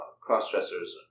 cross-dressers